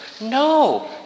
No